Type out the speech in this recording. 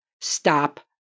Stop